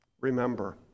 remember